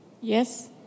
Yes